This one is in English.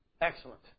Excellent